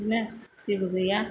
बिदिनो जेबो गैया